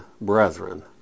brethren